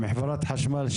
עם חברת החשמל,